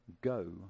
Go